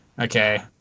Okay